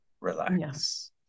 relax